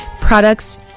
products